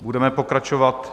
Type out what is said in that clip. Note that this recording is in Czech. Budeme pokračovat...